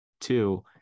two